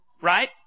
Right